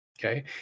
Okay